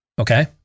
Okay